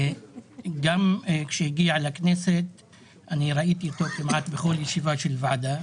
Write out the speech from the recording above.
וגם כשהגיע לכנסת אני ראיתי אותו כמעט בכל ישיבה של ועדה,